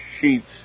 sheets